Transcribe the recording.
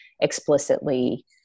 explicitly